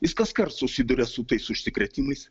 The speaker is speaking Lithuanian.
jis kaskart susiduria su tais užsikrėtimais